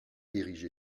érigé